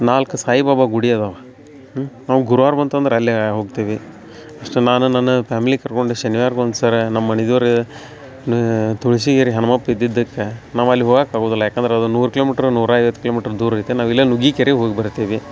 ನಾಲ್ಕು ಸಾಯಿಬಾಬಾ ಗುಡಿ ಅದಾವೆ ನಾವು ಗುರ್ವಾರ ಬಂತಂದ್ರೆ ಅಲ್ಲಿ ಹೋಗ್ತೇವೆ ಅಷ್ಟೇ ನಾನು ನನ್ನ ಫ್ಯಾಮ್ಲಿ ಕರ್ಕೊಂಡು ಶನಿವಾರ್ಕ್ ಒಂದು ಸರಿ ನಮ್ಮ ಮನೆ ದೇವ್ರು ನ ತುಳಸಿಗೆರೆ ಹನುಮಪ್ಪ ಇದ್ದಿದ್ದಕ್ಕೆ ನಾವು ಅಲ್ಲಿ ಹೋಗಕ್ಕ ಆಗುವುದಿಲ್ಲ ಯಾಕಂದ್ರೆ ಅದು ನೂರು ಕಿಲೋಮಿಟ್ರ್ ನೂರ ಐವತ್ತು ಕಿಲೋಮಿಟ್ರ್ ದೂತ ಐತೆ ನಾವು ಇಲ್ಲೇ ನುಗ್ಗಿಕೆರೆಗೆ ಹೋಗಿ ಬರ್ತೀವಿ